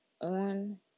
on